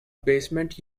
basement